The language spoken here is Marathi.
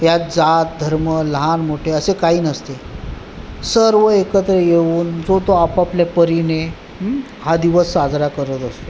या जात धर्म लहान मोठे असे काही नसते सर्व एकत्र येऊन जो तो आपापल्यापरीने हा दिवस साजरा करत असतो